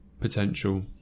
potential